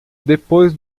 depois